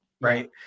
Right